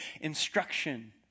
instruction